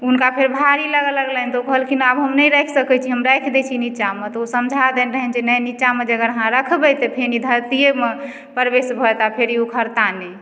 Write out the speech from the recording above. हुनका फेर भारी लगऽ लगलनि तऽ ओ कहलखिन आब हम नहि राखि सकय छी हम राखि दे छी निच्चामे तऽ ओ समझा देने रहनि जे नहि निच्चामे जे अगर अहाँ रखबय तऽ फेन ई धरतियेमे प्रवेश भऽ जेताह फेर ई उखड़ता नहि